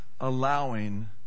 allowing